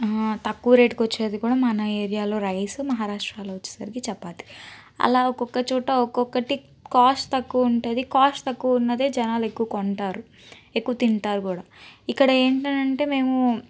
తక్కువ రేటుకు వచ్చేది కూడ మన ఏరియాలో రైస్ మహారాష్ట్రలో వచ్చేసరికి చపాతీ అలా ఒక్కొక చోట ఒక్కక్కటి కాస్ట్ తక్కువుంటుంది కాస్ట్ తక్కువున్నదే జనాలు ఎక్కువ కొంటారు ఎక్కువ తింటారు కూడ ఇక్కడ ఏంటంటే మేము